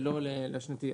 ולא לשנתי.